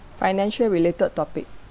financial related topic